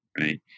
right